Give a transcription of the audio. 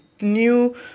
new